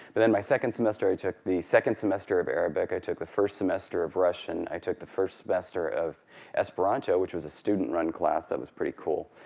but then my second semester i took the second semester of arabic. i took the first semester of russian. i took the first semester of esperanto, which was a student run class that was pretty cool.